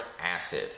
acid